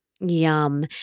Yum